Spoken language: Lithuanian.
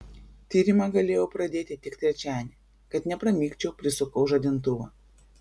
tyrimą galėjau pradėti tik trečiadienį kad nepramigčiau prisukau žadintuvą